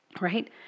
right